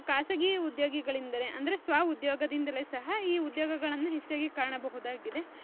ಖಾಸಗಿ ಉದ್ಯೋಗಿಗಳೆಂದರೆ ಅಂದರೆ ಸ್ವಉದ್ಯೋಗದಿಂದಲೇ ಸಹ ಈ ಉದ್ಯೋಗಗಳನ್ನು ಹೆಚ್ಚಾಗಿ ಕಾಣಬಹುದಾಗಿದೆ